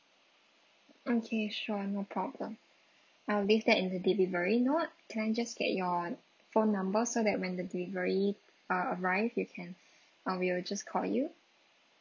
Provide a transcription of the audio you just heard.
okay sure no problem I'll leave that in the delivery note can I just get your phone number so that when the delivery uh arrive we can uh we will just call you